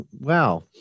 Wow